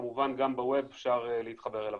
וכמובן גם בווב אפשר להתחבר אליו.